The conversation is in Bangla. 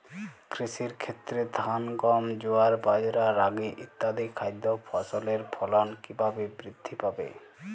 কৃষির ক্ষেত্রে ধান গম জোয়ার বাজরা রাগি ইত্যাদি খাদ্য ফসলের ফলন কীভাবে বৃদ্ধি পাবে?